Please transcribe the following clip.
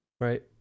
right